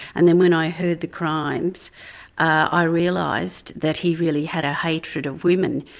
and then when i heard the crimes i realised that he really had a hatred of women,